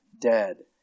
dead